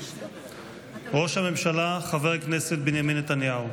ראש הממשלה חבר הכנסת בנימין נתניהו,